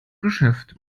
geschäft